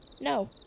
No